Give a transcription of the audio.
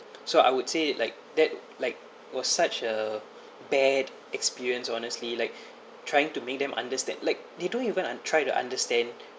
so I would say like that like was such a bad experience honestly like trying to make them understand like they don't even un~ try to understand